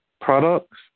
products